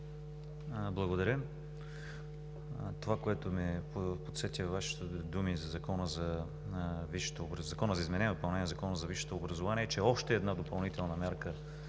Благодаря Ви. Това, което ме подсети във Вашите думи за Закона за изменение и допълнение на Закона за висшето образование, че още една допълнителна мярка